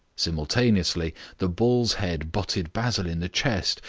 simultaneously the bull's head butted basil in the chest,